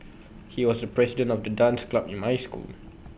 he was the president of the dance club in my school